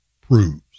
proves